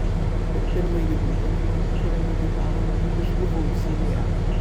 per pirmąjį vaidinimą kuriame dainavome aš buvau zylė